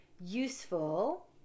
useful